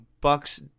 Buck's